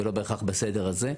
ולא בהכרח לפי הסדר הזה.